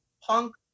punk